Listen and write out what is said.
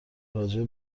راجع